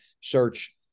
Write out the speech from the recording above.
search